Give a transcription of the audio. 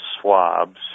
swabs